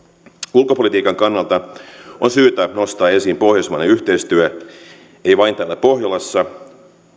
ulkopolitiikan kannalta on syytä nostaa esiin pohjoismainen yhteistyö ei vain täällä pohjolassa